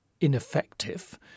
ineffective